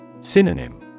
Synonym